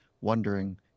wondering